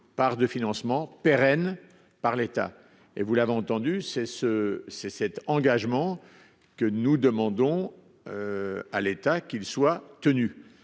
part de financement pérenne par l'État et vous l'avez entendu, c'est ce, c'est cet engagement. Que nous demandons. À l'État, qu'ils soient tenu